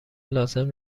لازم